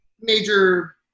major